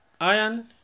iron